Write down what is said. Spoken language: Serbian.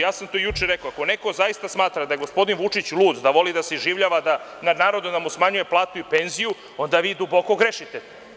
Ja sam to juče rekao, ako neko zaista smatra da je gospodin Vučić lud, da voli da se iživljava nad narodom, da mu smanjuje plate i penzije, onda vi duboko grešite.